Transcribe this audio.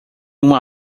uma